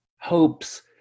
hopes